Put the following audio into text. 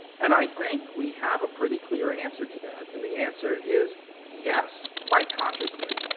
and i think we have a pretty clear answer to that, and the answer is yes, quite consciously.